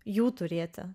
jų turėti